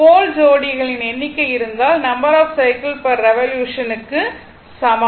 போல் ஜோடிகளின் எண்ணிக்கை இருந்தால் number of cycle per revolution க்கு சமம்